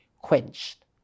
quenched